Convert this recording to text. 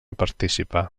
participar